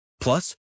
Plus